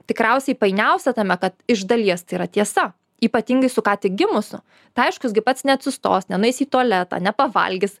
tikriausiai painiausia tame kad iš dalies tai yra tiesa ypatingai su ką tik gimusiu tai aišku jis gi pats neatsistos nenueis į tualetą nepavalgys